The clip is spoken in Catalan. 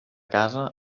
casa